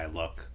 look